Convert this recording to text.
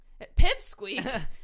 Pipsqueak